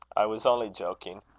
i was only joking.